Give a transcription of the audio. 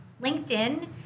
LinkedIn